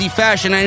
fashion